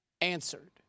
answered